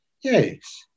yes